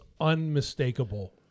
unmistakable